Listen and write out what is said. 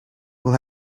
will